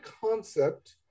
concept